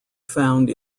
found